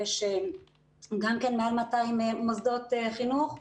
יש גם מעל 200 מוסדות חינוך,